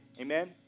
amen